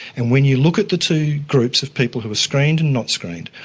and when you look at the two groups of people who are screened and not screened,